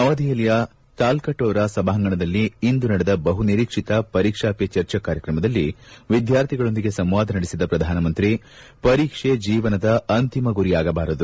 ನವದೆಹಲಿಯ ತಾಲ್ಕಟೋರಾ ಸಭಾಂಗಣದಲ್ಲಿ ಇಂದು ನಡೆದ ಬಹುನಿರೀಕ್ಷಿತ ಪರೀಕ್ಷಾ ಪೇ ಚರ್ಚಾ ಕಾರ್ಯಕ್ರಮದಲ್ಲಿ ವಿದ್ವಾರ್ಥಿಗಳೊಂದಿಗೆ ಸಂವಾದ ನಡೆಸಿದ ಪ್ರಧಾನಮಂತ್ರಿ ಪರೀಕ್ಷೆ ಜೀವನದ ಅಂತಿಮ ಗುರಿಯಾಗಬಾರದು